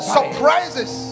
surprises